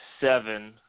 seven